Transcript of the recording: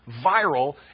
viral